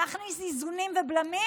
להכניס איזונים ובלמים,